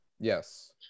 Yes